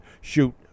shoot